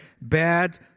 Bad